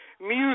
music